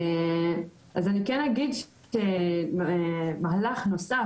אני כן אגיד שמהלך נוסף,